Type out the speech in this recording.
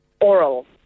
oral